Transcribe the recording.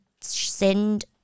send